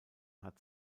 hat